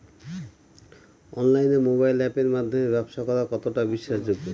অনলাইনে মোবাইল আপের মাধ্যমে ব্যাবসা করা কতটা বিশ্বাসযোগ্য?